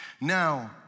Now